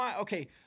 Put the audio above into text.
Okay